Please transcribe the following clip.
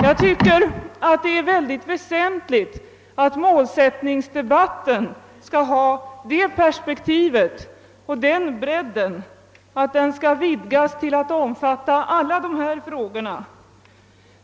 Jag tycker det är mycket väsentligt att målsättningsdebatten skall ha det perspektivet och den bredden, att den vidgas till att omfatta alla dessa frågor.